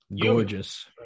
Gorgeous